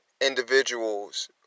individuals